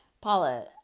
Paula